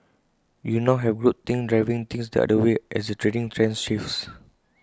you now have group think driving things the other way as the trading trends shifts